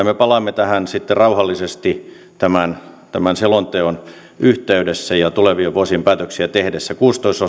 me palaamme tähän sitten rauhallisesti tämän tämän selonteon yhteydessä ja tulevien vuosien päätöksiä tehdessä